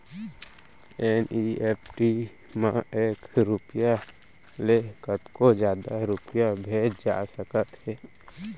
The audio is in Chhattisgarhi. एन.ई.एफ.टी म एक रूपिया ले कतको जादा रूपिया भेजे जा सकत हे